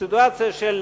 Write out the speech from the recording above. בסיטואציה של